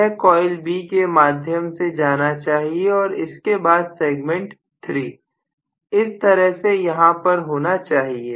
यह coil B के माध्यम से जाना चाहिए और इसके बाद सेगमेंट 3 इस तरह से यहां पर होना चाहिए